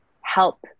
help